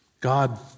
God